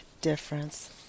difference